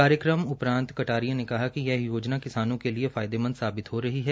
कार्यक्रम उपरान्त श्री कटारिया ने कहा कि यह योजना किसानों के लिए फायदेमंद साबित हो रही है